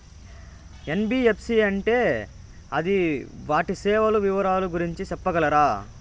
NBFC అంటే అది వాటి సేవలు వివరాలు గురించి సెప్పగలరా?